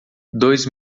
dois